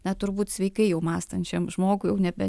na turbūt sveikai jau mąstančiam žmogui jau nebe